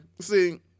see